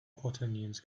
quaternions